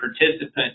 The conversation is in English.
participant